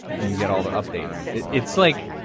and you get all the updates. it's like,